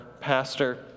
pastor